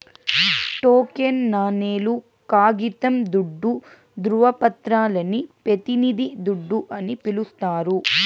token నాణేలు, కాగితం దుడ్డు, దృవపత్రాలని పెతినిది దుడ్డు అని పిలిస్తారు